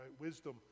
Wisdom